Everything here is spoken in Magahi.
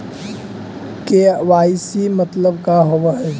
के.वाई.सी मतलब का होव हइ?